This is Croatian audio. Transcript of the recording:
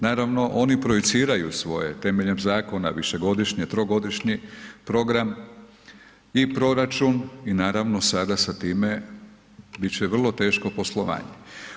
Naravno, oni projiciraju svoje temeljem zakon višegodišnji, trogodišnji program i proračun i naravno sada sa time bit će vrlo teško poslovanje.